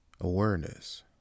Awareness